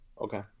okay